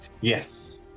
yes